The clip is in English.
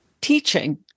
teaching